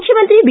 ಮುಖ್ಯಮಂತ್ರಿ ಬಿ